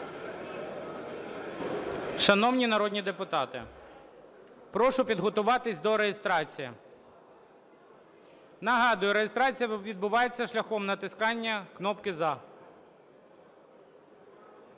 Шановні народні депутати, прошу підготуватись до реєстрації. Нагадую, реєстрація відбувається шляхом натискання кнопки "за".